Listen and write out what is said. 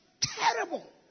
terrible